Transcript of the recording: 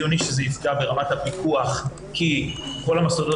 שזה יפגע ברמת הפיקוח כי לכל המוסדות